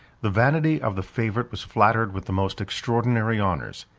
the vanity of the favorite was flattered with the most extraordinary honors.